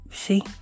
See